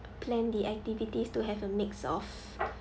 plan the activities to have a mix of